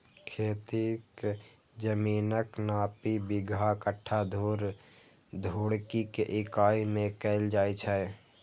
खेतीक जमीनक नापी बिगहा, कट्ठा, धूर, धुड़की के इकाइ मे कैल जाए छै